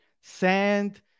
sand